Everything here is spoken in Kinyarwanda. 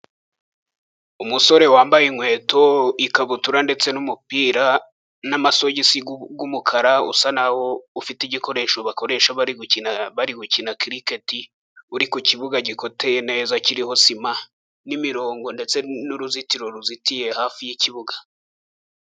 Umusore wambaye inkweto, ikabutura, ndetse n'umupira, n'amasogisi y'umukara usa n'aho ufite igikoresho bakoresha bari gukina kiriketi, uri ku kibuga gikoteye neza kiriho sima, n'imirongo ndetse n'uruzitiro ruzitiye hafi y'ikibuga.